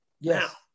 Yes